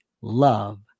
love